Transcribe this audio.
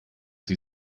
sie